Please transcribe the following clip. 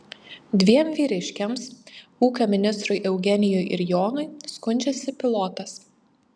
dviem vyriškiams ūkio ministrui eugenijui ir jonui skundžiasi pilotas